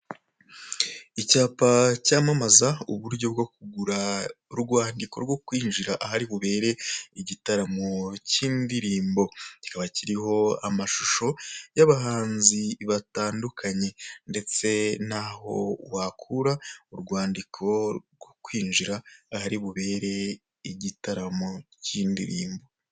Icyapa cyamamaza uburyo bwo kugura urwandiko rwo kwinjira ahari bubere igitaramo cy'indirimbo, kikaba kiriho amashusho y'abahanzi batandukanye ndetse naho wakura urwandiko rwo kwinjira ahari bubere urwandiko rwo kwinjira mu gitaramo cy'indirimbo.